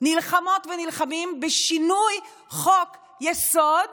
נלחמות ונלחמים בשינוי חוק-יסוד,